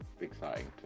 exciting